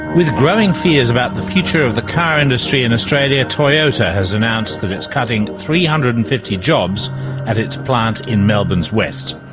with growing fears about the future of the car industry in australia, toyota has announced that it's cutting three hundred and fifty jobs at its plant in melbourne's west.